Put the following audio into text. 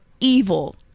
evil